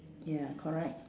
ya correct